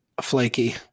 flaky